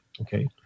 okay